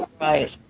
right